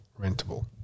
rentable